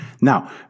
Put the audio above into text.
Now